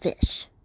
fish